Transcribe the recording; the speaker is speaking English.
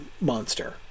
monster